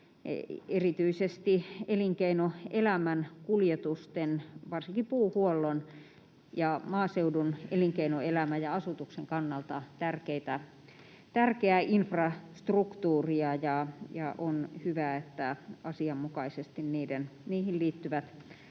erityisesti elinkeinoelämän kuljetusten, varsinkin puuhuollon, ja maaseudun elinkeinoelämän ja asutuksen kannalta tärkeää infrastruktuuria, ja on hyvä, että asianmukaisesti niihin liittyvät